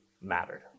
mattered